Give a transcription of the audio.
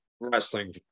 wrestling